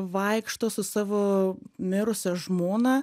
vaikšto su savo mirusia žmona